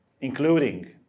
including